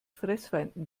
fressfeinden